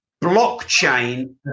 blockchain